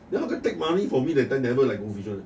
then how can take money from me that time never like goldfish [one]